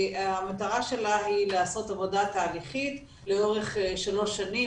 והמטרה שלה היא לעשות עבודה תהליכית לאורך שלוש שנים,